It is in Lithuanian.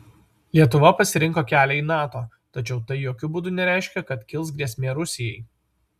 lietuva pasirinko kelią į nato tačiau tai jokiu būdu nereiškia kad kils grėsmė rusijai